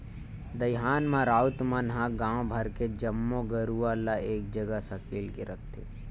दईहान म राउत मन ह गांव भर के जम्मो गरूवा ल एक जगह सकेल के रखथे